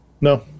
No